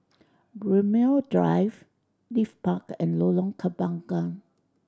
Braemar Drive Leith Park and Lorong Kembagan